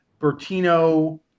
Bertino